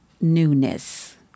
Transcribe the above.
newness